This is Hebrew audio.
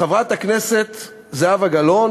חברת הכנסת זהבה גלאון,